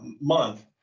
month